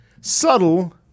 subtle –